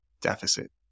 deficit